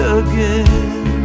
again